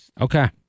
Okay